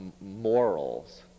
morals